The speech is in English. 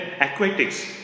aquatics